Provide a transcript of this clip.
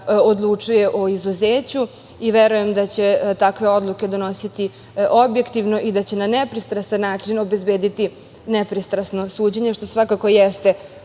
odlučuje o izuzeću, a verujem da će takve odluke donositi objektivno i da će na nepristrasan način obezbediti nepristrasno suđenje, što svakako jeste